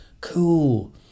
Cool